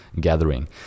gathering